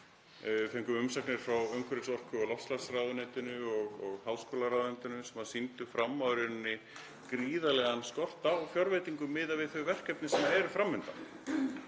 fengum umsagnir frá umhverfis-, orku- og loftslagsráðuneytinu og háskólaráðuneytinu sem sýndu fram á í rauninni gríðarlegan skort á fjárveitingum miðað við þau verkefni sem eru fram undan